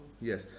Yes